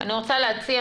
אני רוצה להציע